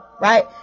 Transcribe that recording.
right